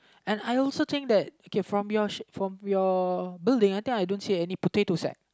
and I also think that okay from your sh~ from your building I don't think I see any potato sack